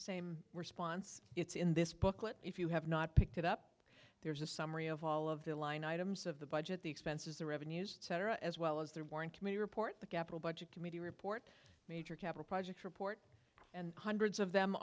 same response it's in this booklet if you have not picked it up there is a summary of all of the line items of the budget the expenses the revenues cetera as well as the warren commission report the capital budget committee report major capital project report and hundreds of them